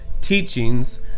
teachings